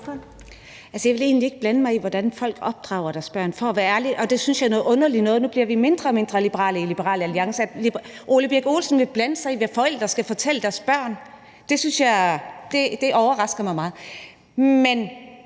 ærlig egentlig ikke blande mig i, hvordan folk opdrager deres børn; det synes jeg er noget underligt noget at gøre. Nu bliver man mindre og mindre liberal i Liberal Alliance. Ole Birk Olesen vil blande sig i, hvad forældre skal fortælle deres børn. Det overrasker mig meget. Jeg